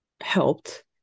helped